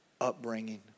upbringing